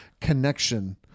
Connection